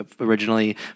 originally